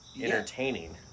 entertaining